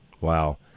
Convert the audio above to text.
Wow